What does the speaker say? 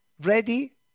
ready